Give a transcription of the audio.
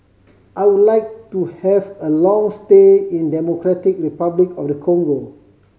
I would like to have a long stay in Democratic Republic of the Congo